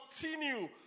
continue